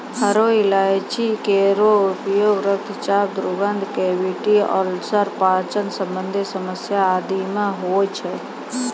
हरो इलायची केरो उपयोग रक्तचाप, दुर्गंध, कैविटी अल्सर, पाचन संबंधी समस्या आदि म होय छै